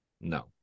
No